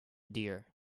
deer